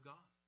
God